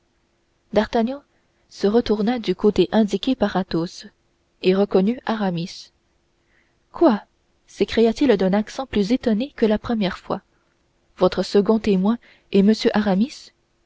d'artagnan se retourna du côté indiqué par athos et reconnut aramis quoi s'écria-t-il d'un accent plus étonné que la première fois votre second témoin est m aramis